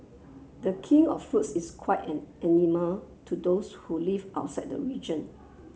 the King of Fruits is quite an enigma to those who live outside the region